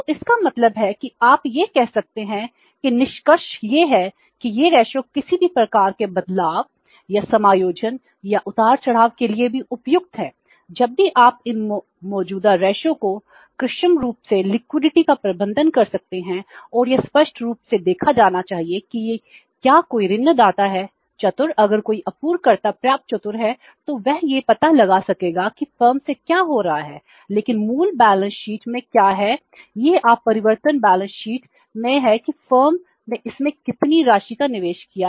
तो इसका मतलब है कि आप यह कह सकते हैं कि निष्कर्ष यह है कि ये रेशों में है कि फर्म ने इससे कितनी राशि का निवेश किया है